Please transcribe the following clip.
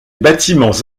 bâtiments